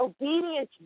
obedience